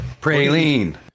Praline